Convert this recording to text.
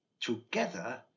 together